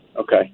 Okay